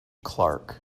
clarke